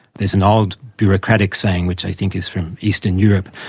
there's an old bureaucratic saying, which i think is from eastern europe,